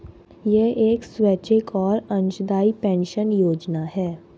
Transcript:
यह एक स्वैच्छिक और अंशदायी पेंशन योजना है